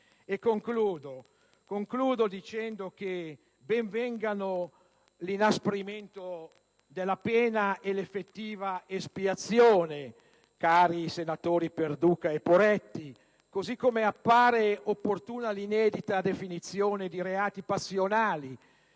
Concludo dicendo che ben vengano l'inasprimento della pena e l'effettiva espiazione, cari senatori Perduca e Poretti, così come appare opportuna l'inedita definizione di reati passionali